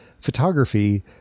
photography